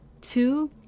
Two